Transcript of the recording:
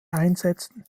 einsätzen